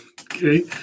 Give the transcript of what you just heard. okay